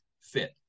fit